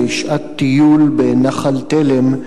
בשעת טיול בנחל תלם,